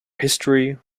history